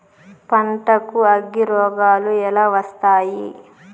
పంటకు అగ్గిరోగాలు ఎలా వస్తాయి?